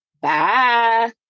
Bye